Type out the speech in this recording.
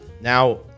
Now